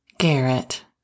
Garrett